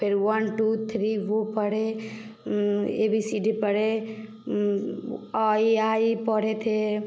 तो फिर one two three वो पढ़े ए बी सी डी पढ़े अ ए आ ई पढ़े थे